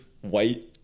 white